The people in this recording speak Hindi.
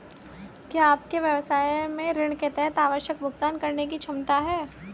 क्या आपके व्यवसाय में ऋण के तहत आवश्यक भुगतान करने की क्षमता है?